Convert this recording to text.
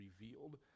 revealed